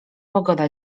pogoda